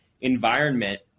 environment